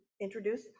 introduce